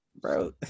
Bro